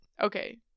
Okay